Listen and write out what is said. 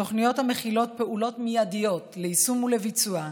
תוכניות המכילות פעולות מיידיות ליישום ולביצוע,